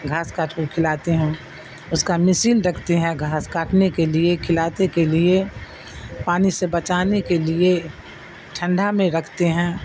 گھاس کاٹ کر کھلاتے ہیں اس کا مسین رکھتے ہیں گھاس کاٹنے کے لیے کھلاتے کے لیے پانی سے بچانے کے لیے ٹھنڈا میں رکھتے ہیں